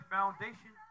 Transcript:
Foundation